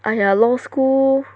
!aiya! law school